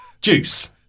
juice